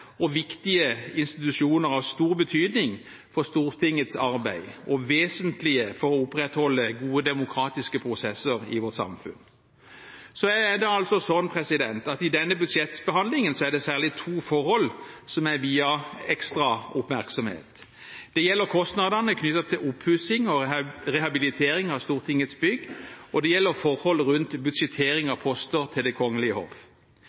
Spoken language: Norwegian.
og viktige institusjoner av stor betydning for Stortingets arbeid og vesentlige for å opprettholde gode, demokratiske prosesser i vårt samfunn. Så er det altså sånn at i denne budsjettbehandlingen er det særlig to forhold som er viet ekstra oppmerksomhet. Det gjelder kostnadene knyttet til oppussing og rehabilitering av Stortingets bygg, og det gjelder forhold rundt budsjettering av poster til Det kongelige